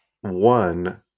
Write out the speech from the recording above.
one